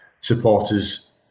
supporters